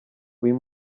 uyu